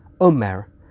Omer